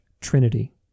trinity